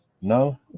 No